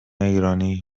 ایرانی